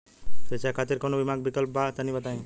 शिक्षा खातिर कौनो बीमा क विक्लप बा तनि बताई?